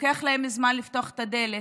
לוקח להם זמן לפתוח את הדלת.